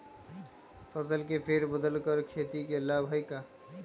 फसल के फेर बदल कर खेती के लाभ है का?